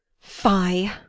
fie